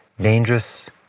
Dangerous